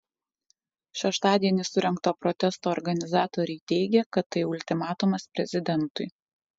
šeštadienį surengto protesto organizatoriai teigė kad tai ultimatumas prezidentui